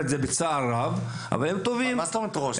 מה זה "ראש"?